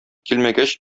килмәгәч